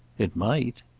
it might!